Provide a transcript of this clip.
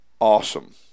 Awesome